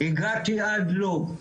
הגעתי עד לוב,